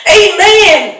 amen